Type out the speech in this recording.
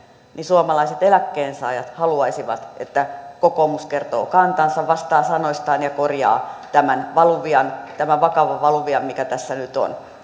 suomalaiset eläkkeensaajat haluaisivat että kokoomus kertoo kantansa vastaa sanoistaan ja korjaa tämän valuvian tämän vakavan valuvian mikä tässä nyt on